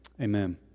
Amen